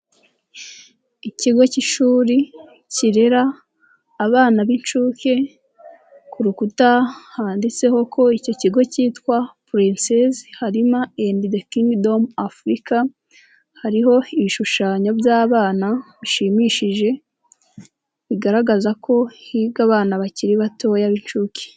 Ikigo k'ishuri kirera abana b'incuke ku rukuta handitseho ko icyo kigo cyitwa purensisi harima andi kingidomu ofu Afurica, hariho ibishushanyo by'abana bishimishije bigaragaza ko higa abana bakiri batoya b'incuke.